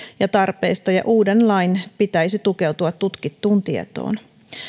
ja tarpeista ja uuden lain pitäisi tukeutua tutkittuun tietoon